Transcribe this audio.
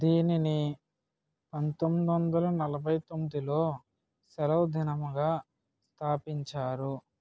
దీనిని పంతొమ్మిది వందల నలభై తొమ్మిదిలో సెలవు దినంగా స్థాపించారు